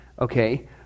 Okay